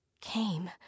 came